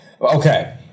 Okay